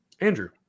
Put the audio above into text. Andrew